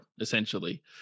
essentially